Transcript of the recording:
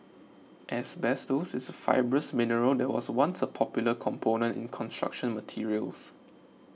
asbestos is a fibrous mineral that was once a popular component in construction materials